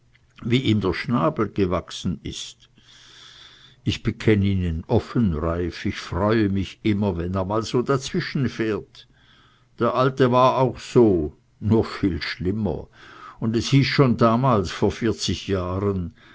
wie ihm der schnabel gewachsen ist ich bekenn ihnen offen reiff ich freue mich immer wenn er mal so zwischenfährt der alte war auch so nur viel schlimmer und es hieß schon damals vor vierzig jahren